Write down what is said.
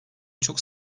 çok